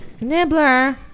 Nibbler